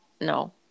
No